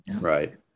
right